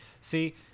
See